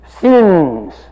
sins